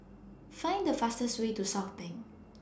Find The fastest Way to Southbank